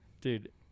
Dude